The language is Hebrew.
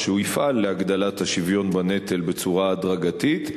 שהוא יפעל להגדלת השוויון בנטל בצורה הדרגתית,